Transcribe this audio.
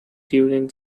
during